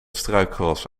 struikgewas